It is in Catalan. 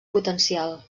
potencial